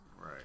Right